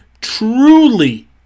truly